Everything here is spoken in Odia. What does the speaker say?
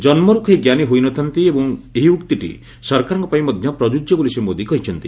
ଜନ୍ମରୁ କେହି ଜ୍ଞାନି ହୋଇ ନ ଥାନ୍ତି ଏବଂ ଏହି ଉକ୍ତିଟି ସରକାରଙ୍କ ପାଇଁ ମଧ୍ୟ ପ୍ରଜୁଯ୍ୟ ବୋଲି ଶ୍ରୀ ମୋଦି କହିଛନ୍ତି